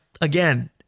again